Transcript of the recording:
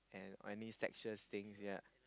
and any sexual things yea